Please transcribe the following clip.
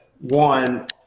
One